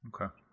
Okay